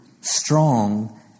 strong